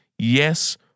Yes